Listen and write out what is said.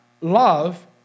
love